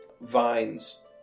vines